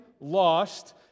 lost